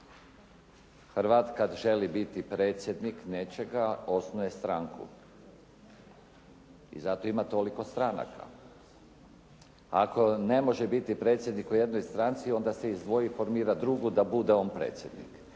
Hrvat kad želi biti predsjednik nečega, osnuje stranku. I zato ima toliko stranaka. Ako ne može biti predsjednik u jednoj stranci, onda se izdvoji i formira drugu da bude on predsjednik.